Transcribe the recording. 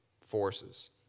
forces